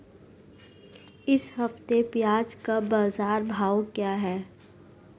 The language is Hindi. इस हफ्ते प्याज़ का बाज़ार भाव क्या है?